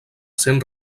sent